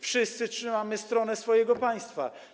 Wszyscy trzymamy stronę swojego państwa.